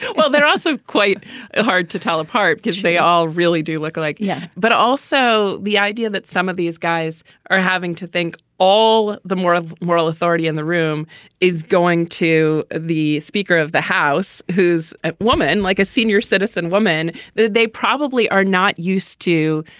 well they're also quite hard to tell apart because they all really do look alike. yeah. but also the idea that some of these guys are having to think all the more of moral authority in the room is going to the speaker of the house who's a woman like a senior citizen woman they probably are not used to.